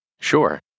Sure